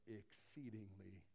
exceedingly